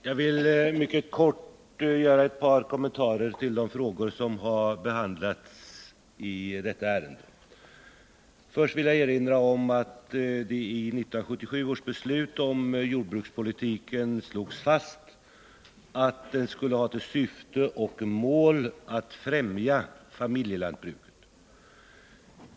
Herr talman! Jag vill mycket kortfattat göra ett par kommentarer till de frågor som har behandlats i detta ärende. Först vill jag erinra om att det i 1977 års beslut om jordbrukspolitiken slogs fast att den skulle ha till syfte och mål att främja familjelantbruket.